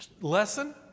lesson